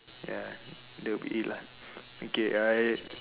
ya that will be it lah okay I